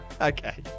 okay